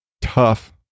tough